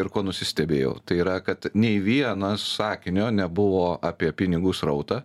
ir ko nusistebėjau tai yra kad nei vieno sakinio nebuvo apie pinigų srautą